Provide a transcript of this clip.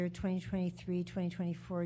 2023-2024